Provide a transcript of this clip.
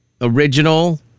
original